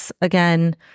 again